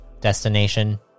destination